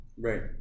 Right